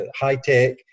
high-tech